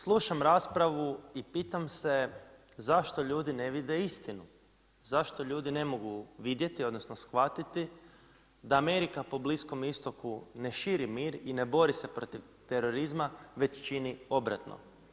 Slušam raspravu i pitam se zašto ljudi ne vide istinu, zašto ljudi ne mogu vidjeti, odnosno shvatiti da Amerika po Bliskom istoku ne širi mir i ne bori se protiv terorizma već čini obratno.